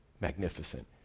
Magnificent